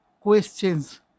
questions